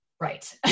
Right